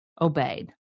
obeyed